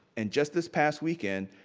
and just this past weekend,